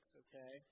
okay